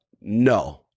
no